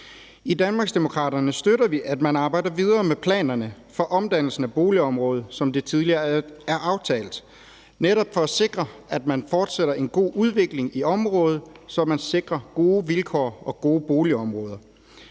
I Danmarksdemokraterne støtter vi, at man arbejder videre med planerne for omdannelsen af boligområdet, som det tidligere er aftalt, netop for at sikre, at man fortsætter en god udvikling i området, så man sikrer gode vilkår og gode boligområder.